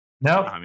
Nope